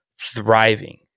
thriving